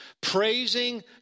Praising